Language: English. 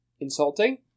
insulting